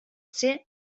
ser